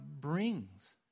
brings